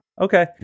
okay